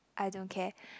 I don't care